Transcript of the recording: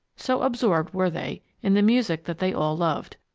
so absorbed were they in the music that they all loved.